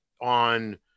on